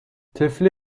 طفلی